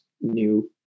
new